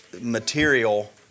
material